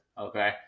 Okay